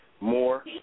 more